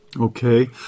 Okay